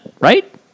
right